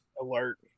Alert